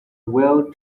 well